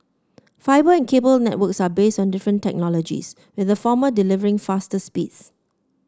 fibre and cable networks are based on different technologies with the former delivering faster speeds